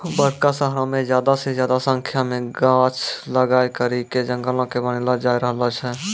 बड़का शहरो मे ज्यादा से ज्यादा संख्या मे गाछ लगाय करि के जंगलो के बनैलो जाय रहलो छै